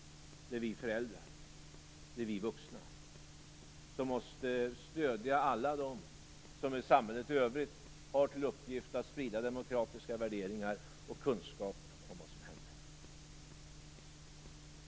Det är vi föräldrar, vi vuxna som måste stödja alla dem som i samhället i övrigt har till uppgift att sprida demokratiska värderingar och kunskap om vad som hände.